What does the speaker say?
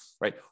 Right